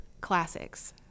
classics